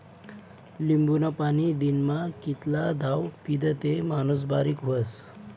लिंबूनं पाणी दिनमा कितला दाव पीदं ते माणूस बारीक व्हस?